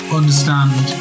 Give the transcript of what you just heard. understand